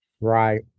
Right